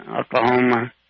Oklahoma